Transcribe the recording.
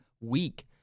week